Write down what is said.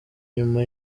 nyuma